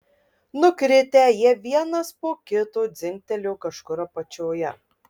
nukritę jie vienas po kito dzingtelėjo kažkur apačioje